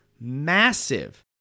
massive